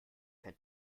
kein